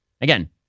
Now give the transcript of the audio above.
Again